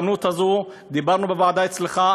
דיברנו בוועדה אצלך,